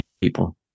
people